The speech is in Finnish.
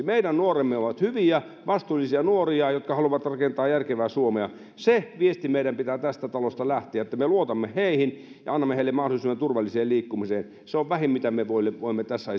meidän nuoremme ovat hyviä vastuullisia nuoria jotka haluavat rakentaa järkevää suomea se viesti meiltä pitää tästä talosta lähteä että me luotamme heihin ja annamme heille mahdollisuuden turvalliseen liikkumiseen se on vähin mitä me voimme voimme tässä